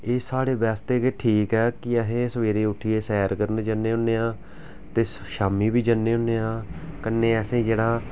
ते एह् साढ़े वास्ते गै ठीक ऐ कि असें सवेरे उट्ठियै सैर करने जन्ने होन्ने आं ते शामीं बी जन्ने होन्ने आं कन्नै असें जेह्ड़ा